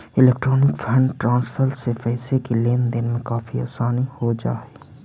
electronic fund transfer से पैसे की लेन देन में काफी आसानी हो जा हई